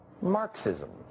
marxism